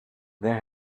there